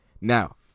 Now